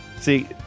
see